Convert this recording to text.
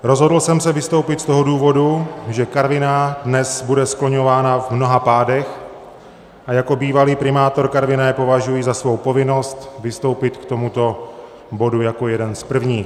Rozhodl jsem se vystoupit z toho důvodu, že Karviná dnes bude skloňována v mnoha pádech, a jako bývalý primátor Karviné považuji za svou povinnost vystoupit k tomuto bodu jako jeden z prvních.